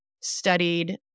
studied